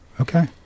Okay